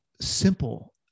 simple